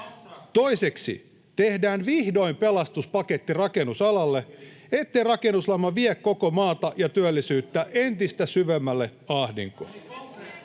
Toiseksi, tehdään vihdoin pelastuspaketti rakennusalalle, ettei rakennuslama vie koko maata ja työllisyyttä entistä syvemmälle ahdinkoon.